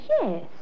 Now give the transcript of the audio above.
yes